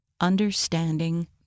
Understanding